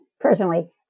personally